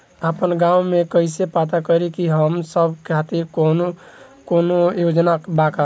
आपन गाँव म कइसे पता करि की हमन सब के खातिर कौनो योजना बा का?